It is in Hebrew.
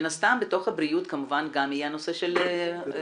מן הסתם בתוך נושא הבריאות יהיה גם הנושא של מוסדות.